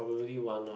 probably one of